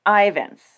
Ivan's